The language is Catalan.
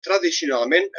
tradicionalment